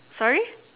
sorry